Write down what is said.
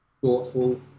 thoughtful